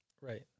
Right